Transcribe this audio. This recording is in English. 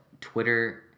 Twitter